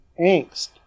angst